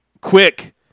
quick